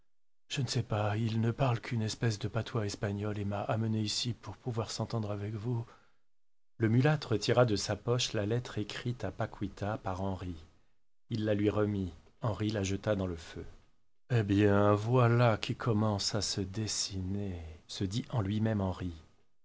je ne sais pas il ne parle qu'une espèce de patois espagnol et m'a emmené ici pour pouvoir s'entendre avec vous le mulâtre tira de sa poche la lettre écrite à paquita par henri et la lui remit henri la jeta dans le feu eh bien voilà qui commence à se dessiner se dit en lui-même henri